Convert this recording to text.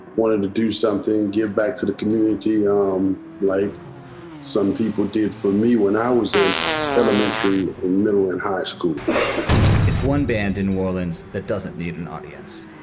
wanted to do something, give back to the community life. um like some people did for me when i was in elementary, middle and high school it's one band in new orleans that doesn't need an audience